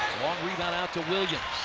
rebound out to williams.